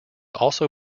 also